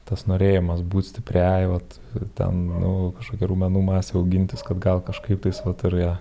tas norėjimas būt stipriai vat ten nu kažkokia raumenų masę augintis kad gal kažkaip tais vat ar ją